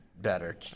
better